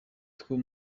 two